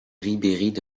ribéride